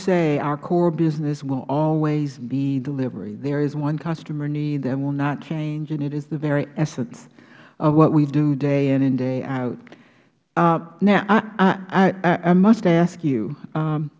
say our core business will always be delivery there is one customer need that will not change and it is the very essence of what we do day in and day out now i must ask you